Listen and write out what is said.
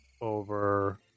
over